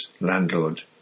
landlord